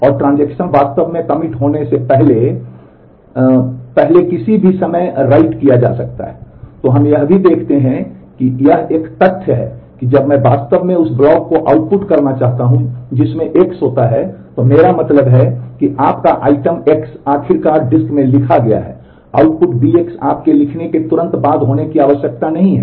तो हम यह भी देखते हैं कि यह एक तथ्य है कि जब मैं वास्तव में उस ब्लॉक को आउटपुट करना चाहता हूं जिसमें X होता है तो मेरा मतलब है कि आपका आइटम X आखिरकार डिस्क में लिखा गया है आउटपुट B x आपके लिखने के तुरंत बाद होने की आवश्यकता नहीं है